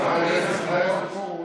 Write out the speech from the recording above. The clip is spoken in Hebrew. מכיוון שזה אברכים.